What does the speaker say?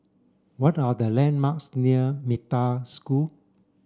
what are the landmarks near Metta School